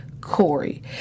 Corey